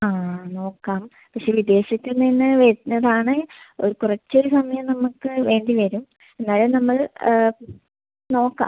ആ നോക്കാം പക്ഷെ വിദേശത്ത് നിന്ന് വരുന്നതാണ് ഒരു കുറച്ച് ഒരു സമയം നമുക്ക് വേണ്ടി വരും എന്നാലും നമ്മള് നോക്കാം